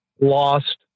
Lost